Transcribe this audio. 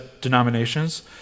denominations